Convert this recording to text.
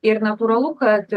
ir natūralu kad